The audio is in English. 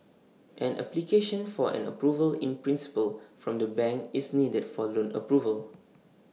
an application for an approval in principle from the bank is needed for loan approval